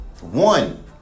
One